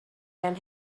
than